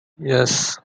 yes